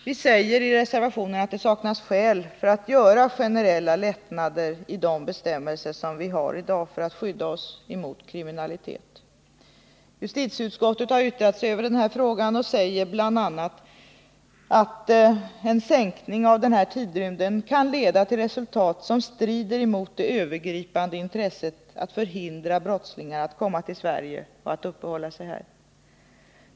Vi säger i reservationen att det saknas skäl att göra generella lättnader i de bestämmelser som vi har i dag för att skydda oss mot kriminalitet. Justitieutskottet har yttrat sig över den här frågan och säger bl.a. att en sänkning av den här tidsrymden kan leda till resultat som strider mot det övergripande intresset att förhindra brottslingar att komma till Sverige och uppehålla sig här.